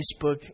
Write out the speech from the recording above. Facebook